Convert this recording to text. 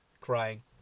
crying